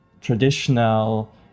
traditional